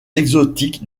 exotiques